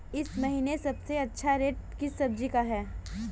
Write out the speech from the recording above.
इस महीने सबसे अच्छा रेट किस सब्जी का है?